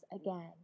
again